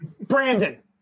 Brandon